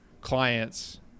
clients